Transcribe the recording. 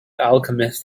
alchemist